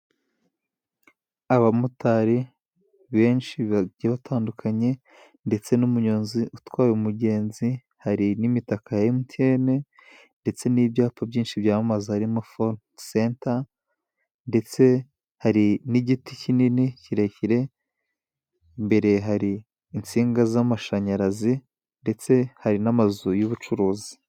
Abamotari benshi bagiye batandukanye ndetse n'umunyonzi utwaye umugenzi hari n'imitaka ya emutiyeni ndetse n'ibyapa byinshi byamamaza harimo fone senta ndetse hari n'igiti kinini kirekire imbere hari insinga z'amashanyarazi ndetse hari n'amazu y'ubucuruzi.